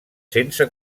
sense